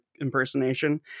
impersonation